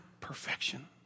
perfection